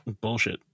Bullshit